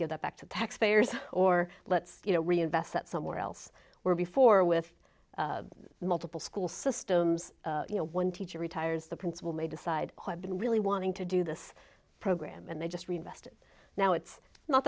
that back to taxpayers or let's you know reinvest that somewhere else where before with multiple school systems you know one teacher retires the principal may decide been really wanting to do this program and they just reinvest it now it's not